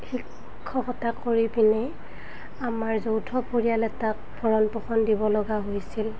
শিক্ষকতা কৰি পিনে আমাৰ যৌথ পৰিয়াল এটাক ভৰণ পোষণ দিব লগা হৈছিল